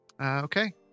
Okay